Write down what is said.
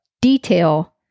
detail